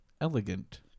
elegant